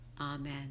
Amen